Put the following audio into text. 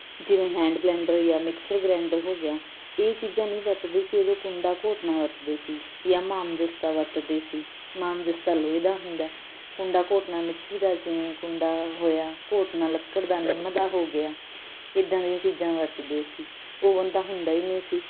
ਜਿਵੇਂ hand blender ਜਾਂ mixer grinder ਹੋ ਗਿਆ ਇਹ ਚੀਜ਼ਾਂ ਨਹੀਂ ਵਰਤਦੇ ਸੀ ਉਦੋਂ ਕੁੰਡਾ ਘੋਟਣਾ ਵਰਤਦੇ ਸੀ ਜਾਂ ਮਾਮ ਜਿਸਤਾ ਵਰਤਦੇ ਸੀ ਮਾਮ ਜਿਸਤਾ ਲੋਹੇ ਦਾ ਹੁੰਦਾ ਕੁੰਡਾ ਘੋਟਣਾ ਮਿੱਟੀ ਦਾ ਜਿਵੇਂ ਕੁੰਡਾ ਹੋਇਆ ਘੋਟਣਾ ਲੱਕੜ ਦਾ ਨਿੰਮ ਦਾ ਹੋ ਗਿਆ ਇੱਦਾਂ ਦੀਆਂ ਚੀਜ਼ਾਂ ਵਰਤਦੇ ਸੀ ਓਵਨ ਤਾਂ ਹੁੰਦਾ ਹੀ ਨਹੀਂ ਸੀ